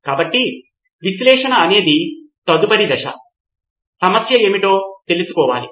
కాబట్టి విశ్లేషణ అనేది తదుపరి దశ సమస్య ఏమిటో తెలుసుకోవాలి